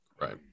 Right